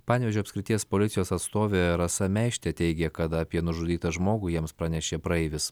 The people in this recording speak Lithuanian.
panevėžio apskrities policijos atstovė rasa meištė teigė kad apie nužudytą žmogų jiems pranešė praeivis